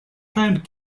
found